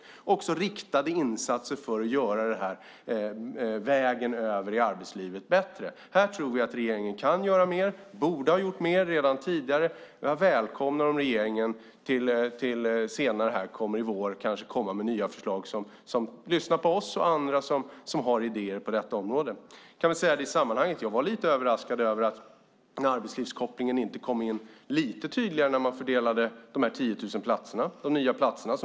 Det handlar också om riktade insatser för att göra vägen över till arbetslivet bättre. Här tror vi att regeringen kan göra mer. Den borde ha gjort mer redan tidigare. Jag välkomnar om regeringen kanske senare i vår kommer med nya förslag och lyssnar på oss och andra som har idéer på detta område. I sammanhanget kan jag säga att jag var lite överraskad över att arbetslivskopplingen inte kom in tydligare när man fördelade de 10 000 nya platserna.